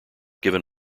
given